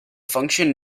function